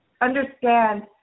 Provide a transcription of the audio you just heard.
understand